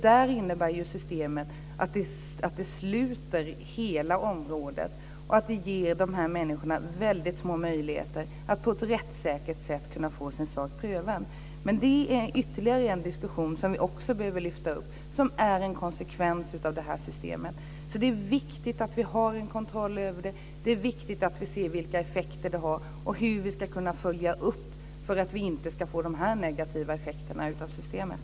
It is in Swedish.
Där innebär systemet att hela området sluts, och det ger dessa människor små möjligheter att på ett rättssäkert sätt få sin sak prövad. Det är ytterligare en diskussion som vi också måste lyfta upp och som är en konsekvens av systemet. Det är viktigt att vi har kontroll, att se vilka effekter det blir och hur uppföljningen ska ske så att det inte blir dessa negativa effekter av systemet.